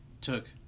took